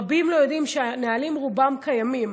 רבים לא ידועים שהנהלים, רובם, קיימים,